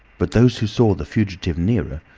but those who saw the fugitive nearer,